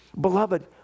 Beloved